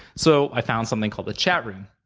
so i found something called a chat room,